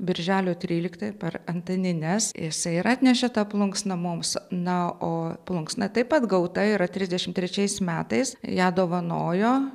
birželio tryliktąją per antanines jisai yra atnešė tą plunksną mums na o plunksna taip pat gauta yra trisdešimt trečiais metais ją dovanojo